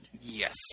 Yes